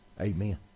Amen